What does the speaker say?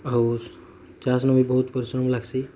ଆଉ ଚାଷ ନୁ ବି ବହୁତ ପରିଶ୍ରମ ଲାଗ୍ସି